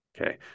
Okay